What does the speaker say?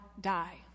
die